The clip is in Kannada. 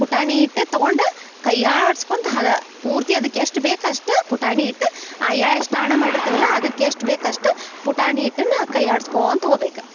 ಪುಟಾಣಿ ಹಿಟ್ಟು ತಗೊಂಡು ಕೈ ಆಡ್ಸ್ಕೊಳ್ತಾ ಹದ ಪೂರ್ತಿ ಅದಕ್ಕೆ ಎಷ್ಟು ಬೇಕು ಅಷ್ಟು ಪುಟಾಣಿ ಹಿಟ್ ಆ ಎಷ್ಟ್ ಆಣ ಮಾಡಿರ್ತೆವಲ್ಲ ಅದಕ್ಕೆ ಎಷ್ಟು ಬೇಕು ಅಷ್ಟು ಪುಟಾಣಿ ಹಿಟ್ಟನ್ನ ಕೈ ಆಡ್ಸ್ಕೋಳ್ತಾ ಹೋಬೇಕು